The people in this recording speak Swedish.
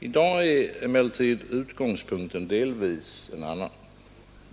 I dag är emellertid utgångspunkten delvis en annan.